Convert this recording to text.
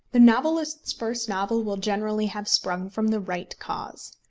the novelist's first novel will generally have sprung from the right cause.